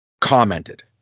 commented